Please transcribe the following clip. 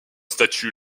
statuts